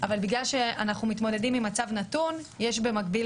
אבל בגלל שאנחנו מתמודדים עם מצב נתון יש במקביל